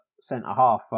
centre-half